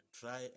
Try